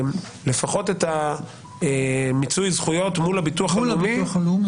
לפחות את מיצוי הזכויות מול הביטוח הלאומי